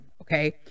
okay